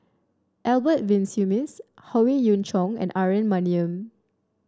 Albert Winsemius Howe Yoon Chong and Aaron Maniam